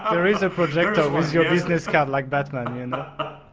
ah there is a projector what's your business card like batman? and